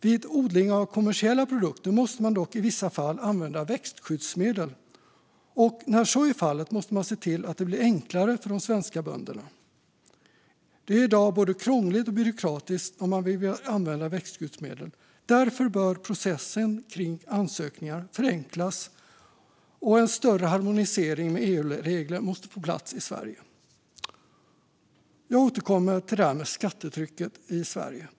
Vid odling av kommersiella produkter måste man dock i vissa fall använda växtskyddsmedel, och när så är fallet måste man se till att det blir enklare för de svenska bönderna. Det är i dag både krångligt och byråkratiskt om man vill använda växtskyddsmedel. Därför bör processen kring ansökningar förenklas, och en större harmonisering med EU-regler måste på plats i Sverige. Jag återkommer till det här med skattetrycket i Sverige.